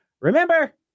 Remember